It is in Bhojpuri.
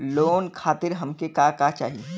लोन खातीर हमके का का चाही?